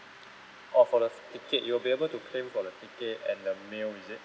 oh for the f~ ticket you will be able to claim for the ticket and the meal is it